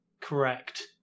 Correct